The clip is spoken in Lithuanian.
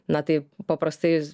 na tai paprastais